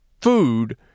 food